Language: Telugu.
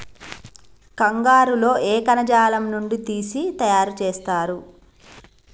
కంగారు లో ఏ కణజాలం నుండి తీసి తయారు చేస్తారు?